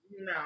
No